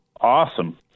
awesome